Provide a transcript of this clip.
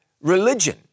religion